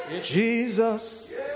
Jesus